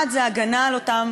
אחד זה הגנה על אותם